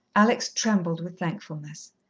alex trembled with thankfulness.